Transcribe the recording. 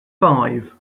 five